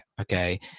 okay